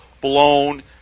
blown